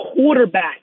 Quarterback